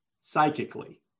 psychically